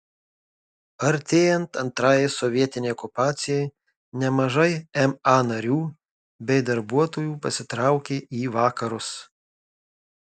artėjant antrajai sovietinei okupacijai nemažai ma narių bei darbuotojų pasitraukė į vakarus